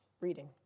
reading